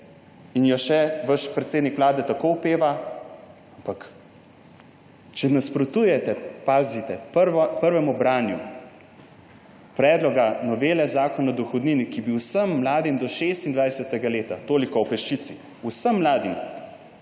in jo še vaš predsednik vlade tako opeva. Ampak če nasprotujete, pazite!, prvemu branju predloga novele Zakona o dohodnini, ki bi vsem mladim do 26. leta – toliko o peščici, vsem mladim